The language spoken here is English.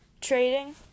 trading